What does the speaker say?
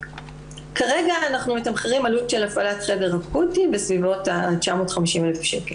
כרגע אנחנו מתמחרים עלות של הפעלת חדר אקוטי בסביבות ה-950,000 שקל.